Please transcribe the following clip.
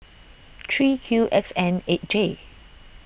three Q X N eight J